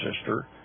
sister